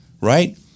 right